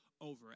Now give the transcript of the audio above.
over